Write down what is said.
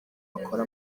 bakora